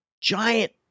giant